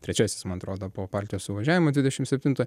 trečiasis man atrodo po partijos suvažiavimo dvidešim septinto